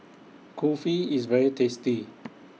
Kulfi IS very tasty